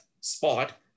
spot